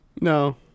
No